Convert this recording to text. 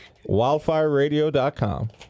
WildfireRadio.com